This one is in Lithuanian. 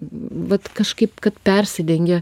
vat kažkaip kad persidengia